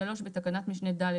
(3) תקנת משנה (ד),